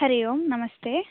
हरि ओम् नमस्ते